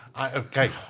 okay